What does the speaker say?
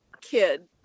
kid